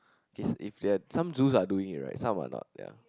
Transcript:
okay if they're some zoos are doing it right some are not ya